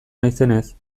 naizenez